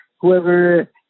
whoever